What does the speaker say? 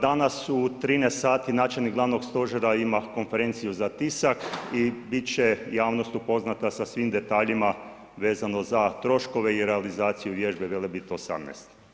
Danas u 13,00 sati načelnik Glavnog stožera ima konferenciju za tisak i bit će javnost upoznata sa svim detaljima vezano za troškove i realizaciju vježbe Velebit-18.